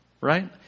right